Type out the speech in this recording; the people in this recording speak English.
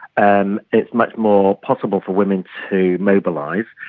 and it's much more possible for women to mobilise.